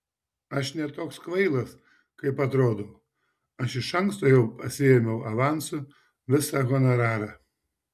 aš ne toks kvailas kaip atrodau aš iš anksto jau pasiėmiau avansu visą honorarą